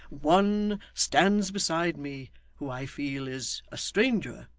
one stands beside me who i feel is a stranger